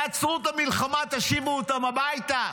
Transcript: עצרו את המלחמה, תשיבו אותם הביתה.